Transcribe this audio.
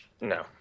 No